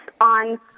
on